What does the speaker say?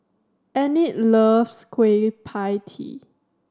Enid loves Kueh Pie Tee